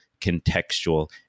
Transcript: contextual